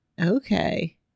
okay